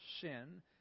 sin